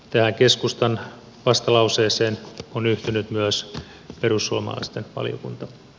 tähän keskustan vastalauseeseen on yhtynyt myös perussuomalaisten valiokuntaryhmä